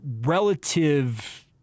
relative